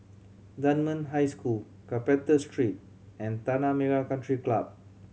Dunman High School Carpenter Street and Tanah Merah Country Club